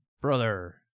Brother